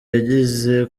yageze